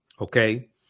okay